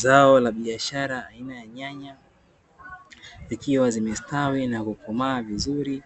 Zao la biashara aina ya nyanya ikiwa zimestawi na kukomaa vizuri,